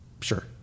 Sure